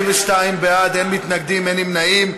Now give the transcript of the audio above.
42 בעד, אין מתנגדים, אין נמנעים.